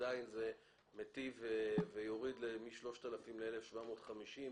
עדיין זה מיטיב ויוריד מ-3,000 שקל ל-1,750 שקל